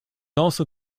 also